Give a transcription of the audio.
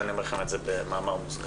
אני אומר לכם את זה במאמר מוסגר.